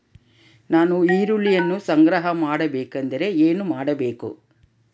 ನಾನು ಈರುಳ್ಳಿಯನ್ನು ಸಂಗ್ರಹ ಮಾಡಬೇಕೆಂದರೆ ಏನು ಮಾಡಬೇಕು?